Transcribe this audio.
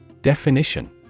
Definition